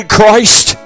Christ